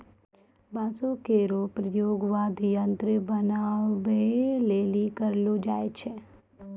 बांसो केरो प्रयोग वाद्य यंत्र बनाबए लेलि करलो जाय छै